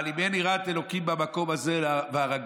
אבל אם אין יראת אלוקים במקום הזה והרגוני,